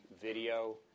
video